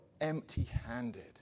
empty-handed